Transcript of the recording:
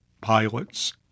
pilots